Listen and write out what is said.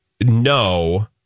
No